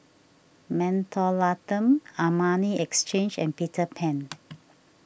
Mentholatum Armani Exchange and Peter Pan